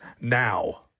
now